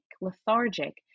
lethargic